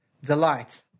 Delight